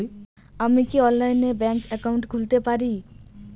আমি কি অনলাইনে ব্যাংক একাউন্ট খুলতে পারি?